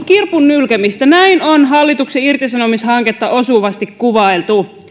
kirpun nylkemistä näin on hallituksen irtisanomishanketta osuvasti kuvailtu